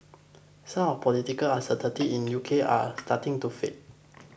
some of the political uncertainty in the UK are starting to fade